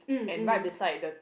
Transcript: and right beside the